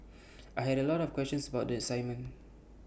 I had A lot of questions about the assignment